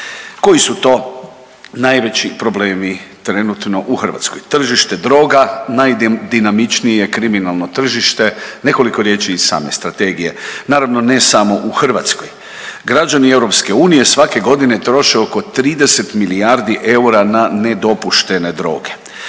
Koji su to najveći problemi trenutno u Hrvatskoj? Tržište droga najdinamičnije je kriminalno tržište, nekoliko riječi iz same strategije. Naravno, ne samo u Hrvatskoj, građani EU svake godine troše oko 30 milijardi eura na nedopuštene droge.